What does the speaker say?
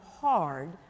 hard